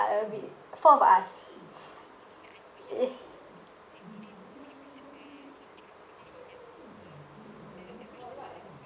uh a bit four of us eh